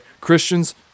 Christians